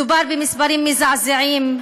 מדובר במספרים מזעזעים.